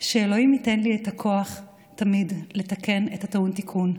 שאלוהים ייתן לי את הכוח תמיד לתקן את הטעון תיקון,